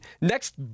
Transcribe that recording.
Next